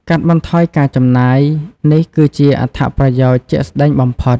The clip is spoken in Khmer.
កាត់បន្ថយការចំណាយ នេះគឺជាអត្ថប្រយោជន៍ជាក់ស្តែងបំផុត។